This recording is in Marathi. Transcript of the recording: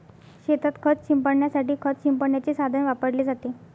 शेतात खत शिंपडण्यासाठी खत शिंपडण्याचे साधन वापरले जाते